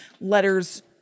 Letters